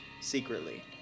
secretly